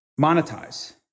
monetize